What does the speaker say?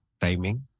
timing